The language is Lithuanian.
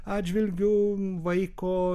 atžvilgiu vaiko